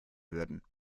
würden